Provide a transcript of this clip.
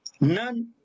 None